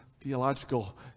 theological